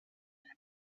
and